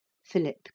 Philip